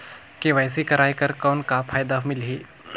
KYC कराय कर कौन का फायदा मिलही?